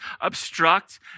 obstruct